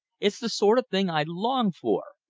it's the sort of thing i long for.